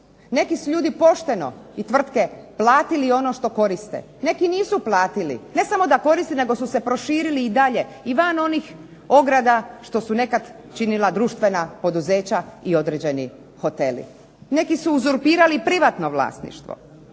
Neki su ljudi i tvrtke pošteno platili ono što koriste, neki nisu platili, ne samo da koriste nego su se proširili i dalje van onih ograda što su nekada činila društvena poduzeća i određeni hoteli. Neki su uzurpirali privatno vlasništvo